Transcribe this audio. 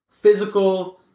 physical